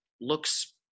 looks